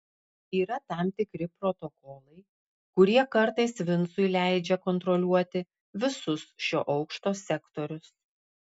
yra tam tikri protokolai kurie kartais vincui leidžia kontroliuoti visus šio aukšto sektorius